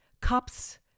cups